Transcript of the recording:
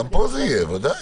גם פה זה יהיה, ודאי.